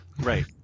Right